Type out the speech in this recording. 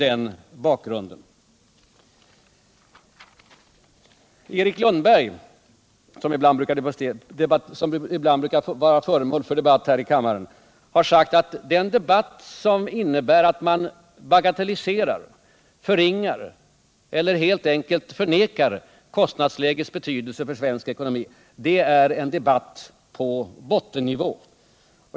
Erik Lundberg, som ibland brukar vara föremål för debatt här i kammaren, har sagt att den debatt som innebär att man bagatelliserar, förringar eller helt enkelt förnekar kostnadslägets betydelse för svensk ekonomi är ”en debatt på bottennivå”.